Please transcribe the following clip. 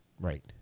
Right